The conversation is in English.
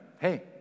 Hey